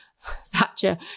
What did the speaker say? Thatcher